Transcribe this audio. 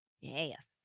Yes